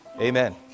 Amen